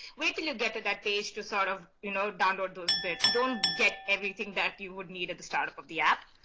wait till you get to that page to sort of you know download those bits. don't get everything that you would need at the startup of the app,